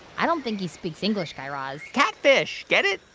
i don't think he speaks english, guy raz catfish get it?